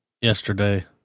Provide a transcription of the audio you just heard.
yesterday